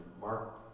Mark